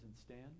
stand